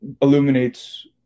illuminates